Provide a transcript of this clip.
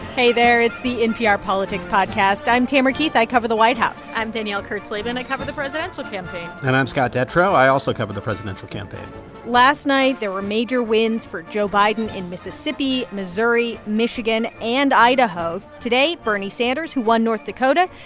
hey there. it's the npr politics podcast. i'm tamara keith. i cover the white house i'm danielle kurtzleben. i cover the presidential campaign and i'm scott detrow. i also cover the presidential campaign last night, there were major wins for joe biden in mississippi, missouri, michigan and idaho. today bernie sanders, who won north dakota,